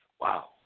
Wow